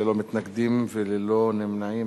ללא מתנגדים וללא נמנעים,